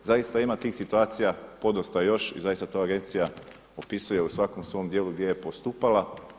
Zaista ima tih situacija podosta još i zaista to Agencija opisuje u svakom svom dijelu gdje je postupala.